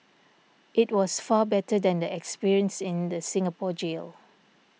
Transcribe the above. it was far better than the experience in the Singapore jail